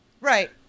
Right